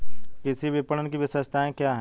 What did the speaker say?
कृषि विपणन की विशेषताएं क्या हैं?